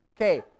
Okay